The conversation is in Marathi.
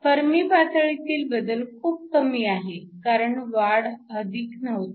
फर्मी पातळीतील बदल खूप कमी आहे कारण वाढ अधिक नव्हती